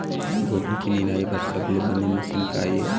गोभी के निराई बर सबले बने मशीन का ये?